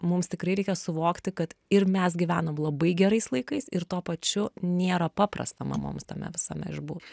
mums tikrai reikia suvokti kad ir mes gyvenam labai gerais laikais ir tuo pačiu nėra paprasta mamoms tame visame išbūt